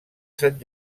sant